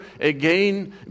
again